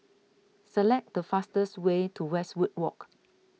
select the fastest way to Westwood Walk